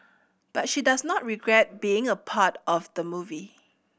but she does not regret being a part of the movie